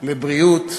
לבריאות ולחינוך.